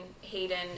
Hayden